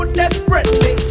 desperately